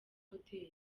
hotel